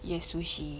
nya sushi